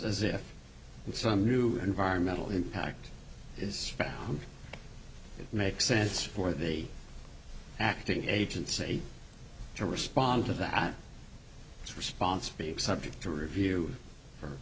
as if some new environmental impact is found it makes sense for the acting agency to respond to that response be subject to review f